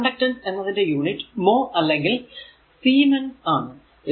അപ്പോൾ കണ്ടക്ടൻസ് എന്നതിന്റെ unit mho അല്ലെങ്കിൽ സീമെൻസ് ആണ്